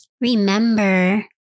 Remember